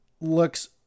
looks